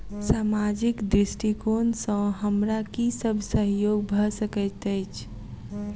सामाजिक दृष्टिकोण सँ हमरा की सब सहयोग भऽ सकैत अछि?